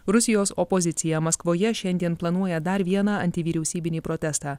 rusijos opozicija maskvoje šiandien planuoja dar vieną antivyriausybinį protestą